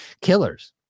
killers